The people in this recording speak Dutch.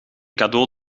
cadeau